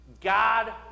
God